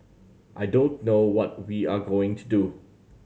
I don't know what we are going to do